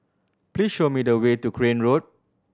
please show me the way to Crane Road